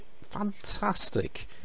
fantastic